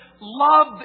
love